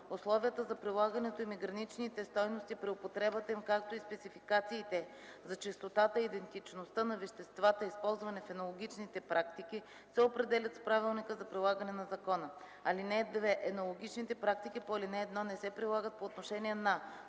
условията за прилагането им и граничните стойности при употребата им, както и спецификациите за чистотата и идентичността на веществата, използвани в енологичните практики, се определят с правилника за прилагане на закона. (2) Енологичните практики по ал. 1 не се прилагат по отношение на: